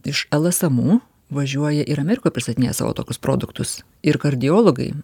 iš lsmu važiuoja ir amerikoj pristatinėja savo tokius produktus ir kardiologai